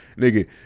nigga